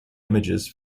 images